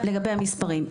המספרים,